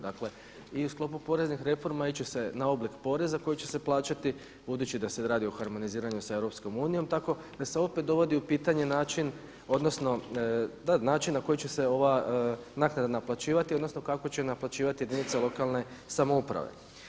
Dakle i u sklopu poreznih reformi ići će se na oblik poreza koji će se plaćati budući da se radi o harmoniziranju sa EU tako da se opet dovodi u pitanje način odnosno da način na koji će se ova naknada naplaćivati, odnosno kako će naplaćivati jedinice lokalne samouprave.